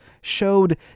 showed